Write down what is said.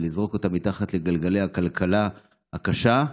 ולזרוק אותם מתחת לגלגלי הכלכלה הקשה,